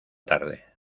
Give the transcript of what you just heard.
tarde